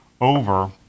over